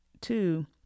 two